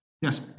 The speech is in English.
Yes